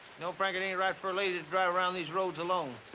know, frank, it ain't right for a lady to drive around these roads alone.